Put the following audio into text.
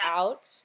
out